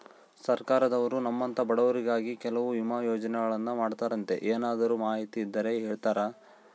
ಸರ್ಕಾರದವರು ನಮ್ಮಂಥ ಬಡವರಿಗಾಗಿ ಕೆಲವು ವಿಮಾ ಯೋಜನೆಗಳನ್ನ ಮಾಡ್ತಾರಂತೆ ಏನಾದರೂ ಮಾಹಿತಿ ಇದ್ದರೆ ಹೇಳ್ತೇರಾ?